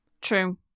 true